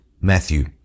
Matthew